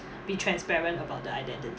be transparent about the identity